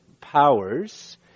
powers